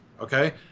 okay